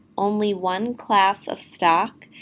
only one class of stock,